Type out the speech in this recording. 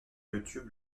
youtube